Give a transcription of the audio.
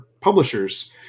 publishers